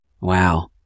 Wow